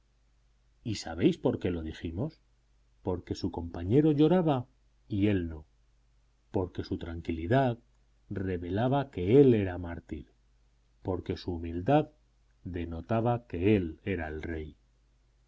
y sabéis por qué lo dijimos porque su compañero lloraba y él no porque su tranquilidad revelaba que él era mártir porque su humildad denotaba que él era el rey